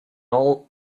all